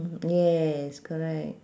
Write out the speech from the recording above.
yes correct